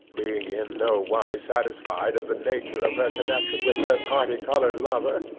being in no wise satisfied of the nature of her connection with her parti-coloured lover,